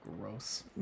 Gross